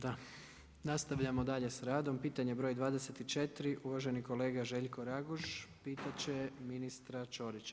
Da, nastavljamo dalje s radom, pitanje broj 24. uvaženi kolega Željko Raguž, pitat će ministra Ćorića.